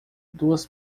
duas